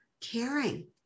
caring